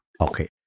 Okay